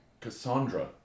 Cassandra